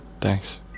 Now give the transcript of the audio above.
Thanks